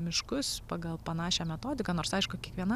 miškus pagal panašią metodiką nors aišku kiekviena